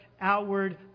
outward